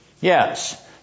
Yes